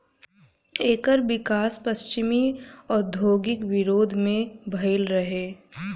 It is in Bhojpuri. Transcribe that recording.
एकर विकास पश्चिमी औद्योगिक विरोध में भईल रहे